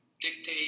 dictate